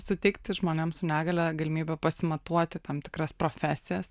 suteikti žmonėms su negalia galimybę pasimatuoti tam tikras profesijas